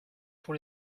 pour